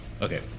Okay